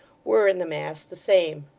were, in the mass, the same.